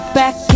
back